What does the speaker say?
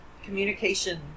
Communication